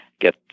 get